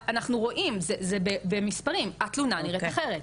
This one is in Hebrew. אנחנו רואים, זה במספרים, התלונה נראית אחרת,